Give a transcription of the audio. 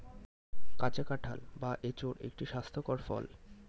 কাঁচা কাঁঠাল বা এঁচোড় একটি স্বাস্থ্যকর ফল